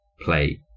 play